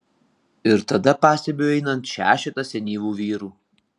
ir tada pastebiu įeinant šešetą senyvų vyrų